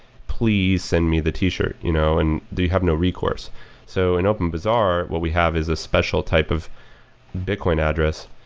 please send me the t-shirt. you know and do you have no recourse so in openbazaar, what we have is a special type of bitcoin address,